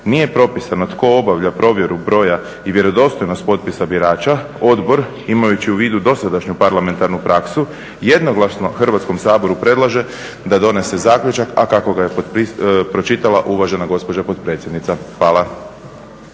nije propisano tko obavlja provjeru broja i vjerodostojnost potpisa birača, odbor imajući u vidu dosadašnju parlamentarnu praksu jednoglasno Hrvatskom saboru predlaže da donese zaključak, a kako ga je pročitala uvažena gospođa potpredsjednica. Hvala.